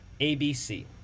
ABC